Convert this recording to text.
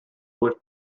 with